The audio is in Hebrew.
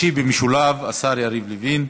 ישיב במשולב השר יריב לוין,